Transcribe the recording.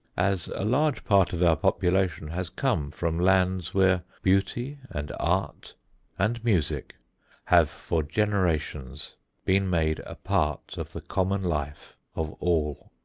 as a large part of our population has come from lands where beauty and art and music have for generations been made a part of the common life of all.